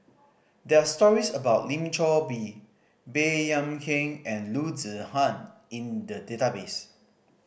there are stories about Lim Chor Pee Baey Yam Keng and Loo Zihan in the database